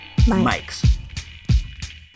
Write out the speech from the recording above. mics